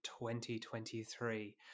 2023